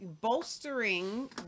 bolstering